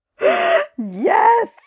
Yes